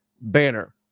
banner